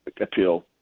appeal